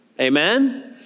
Amen